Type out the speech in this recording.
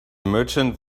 merchant